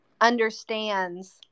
understands